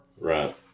Right